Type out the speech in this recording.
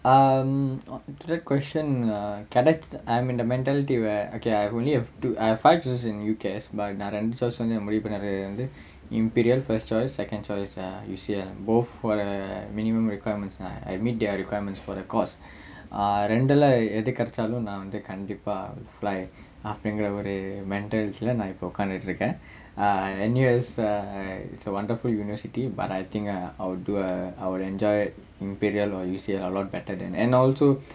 um the the question err cadet I'm in the mentality where okay I only have two five years in U_C_A_S but நா ரெண்டு:naa rendu choice வந்து முடிவு பண்றாரு வந்து:vanthu mudivu pandraaru vanthu imperial first choice second choice uh U_C_L both for a minimum requirements uh I mean the their requirements for the course ah ரெண்டுல எது கிடைச்சாலும் நா வந்து கண்டிப்பா:rendula ethu kidaichaalum naa vanthu kandippaa fly அப்படிங்குற ஒரு:appadingura oru mentality leh நா இப்ப உக்காந்துட்டு இருக்கேன்:naa ippa ukkaanthuttu irukkaen uh N_U_S err it's a wonderful university but I think I'll do uh I would enjoy imperial or U_C_L a lot better than and also